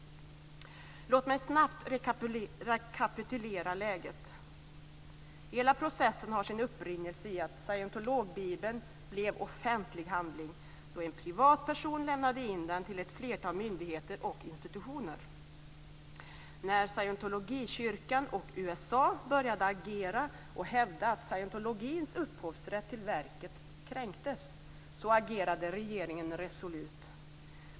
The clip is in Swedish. Låt mig snabbt rekapitulera läget. Hela processen har sin upprinnelse i att scientologbibeln blev offentlig handling då en privatperson lämnade in den till ett flertal myndigheter och institutioner. När Scientologikyrkan och USA började agera och hävda att scientologins upphovsrätt till verket kränktes agerade regeringen resolut.